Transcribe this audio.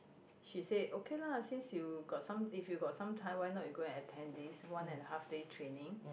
she said okay lah since you got some if you got some time why not you go and attend this one and a half day training